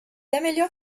améliore